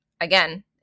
again